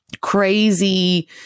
crazy